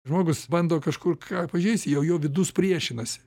žmogus bando kažkur ką pažeist jau jo vidus priešinasi